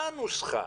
מה הנוסחה?